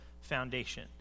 Foundation